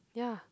ya